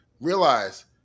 realize